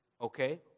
okay